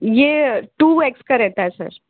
यह two x का रहता है सर